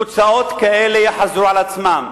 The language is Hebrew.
תוצאות כאלה יחזרו על עצמן.